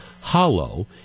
hollow